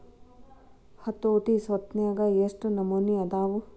ಹತೋಟಿ ಸ್ವತ್ನ್ಯಾಗ ಯೆಷ್ಟ್ ನಮನಿ ಅದಾವು?